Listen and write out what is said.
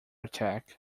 attack